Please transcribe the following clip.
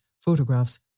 photographs